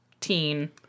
teen